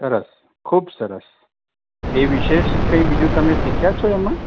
સરસ ખૂબ સરસ તે વિશેષ કંઈ બીજું શીખ્યા છો તમે એમાં